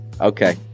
okay